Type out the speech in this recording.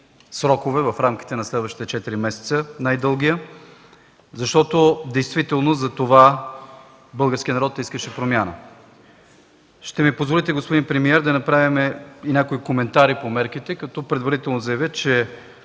срокове в рамките на следващите четири месеца, защото действително затова българският народ искаше промяна. Ще ми позволите, господин премиер, да направя някои коментари по мерките, като предварително заявя, че